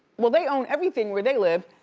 well they own everything where they live,